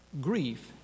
grief